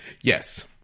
Yes